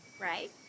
right